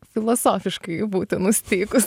filosofiškai būti nusiteikus